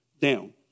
down